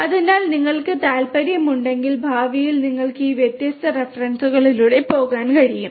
അതിനാൽ നിങ്ങൾക്ക് ഈ താൽപ്പര്യമുണ്ടെങ്കിൽ ഭാവിയിൽ നിങ്ങൾക്ക് ഈ വ്യത്യസ്ത റഫറൻസുകളിലൂടെ പോകാൻ കഴിയും